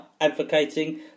advocating